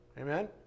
Amen